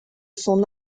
son